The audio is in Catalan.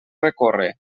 recórrer